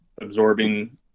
absorbing